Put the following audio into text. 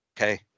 Okay